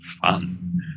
Fun